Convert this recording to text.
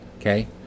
okay